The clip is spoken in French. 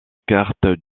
cartes